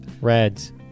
Reds